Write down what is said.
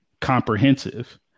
comprehensive